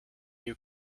you